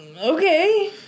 okay